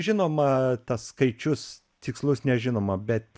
žinoma tas skaičius tikslus nežinoma bet